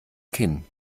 kinn